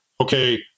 okay